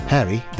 Harry